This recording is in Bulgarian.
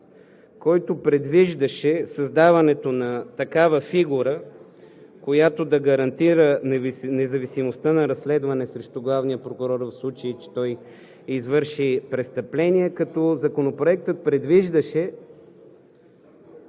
който предвиждаше създаването на такава фигура, която да гарантира независимостта на разследване срещу главния прокурор, в случай че той извърши престъпление, като Законопроектът предвиждаше